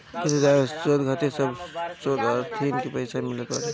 विश्वविद्यालय में शोध खातिर सब शोधार्थीन के पईसा मिलत बाटे